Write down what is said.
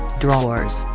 drawers,